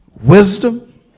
wisdom